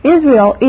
Israel